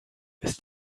ist